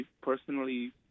personally